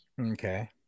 Okay